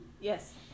Yes